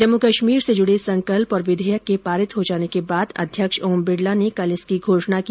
जम्मू कश्मीर से जुड़े संकल्प और विधेयक के पारित हो जाने के बाद अध्यक्ष ओम बिरला ने कल इसकी घोषणा की